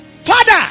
Father